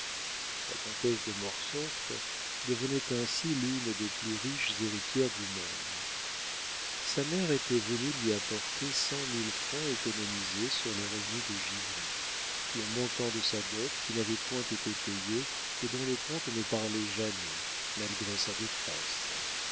la comtesse de mortsauf devenait ainsi l'une des plus riches héritières du maine sa mère était venue lui apporter cent mille francs économisés sur les revenus de givry le montant de sa dot qui n'avait point été payée et dont le comte ne parlait jamais malgré sa détresse